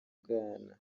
bwana